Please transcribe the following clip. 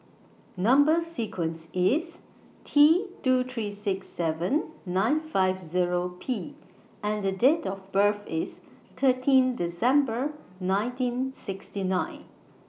Number sequence IS T two three six seven nine five Zero P and Date of birth IS thirteen December nineteen sixty nine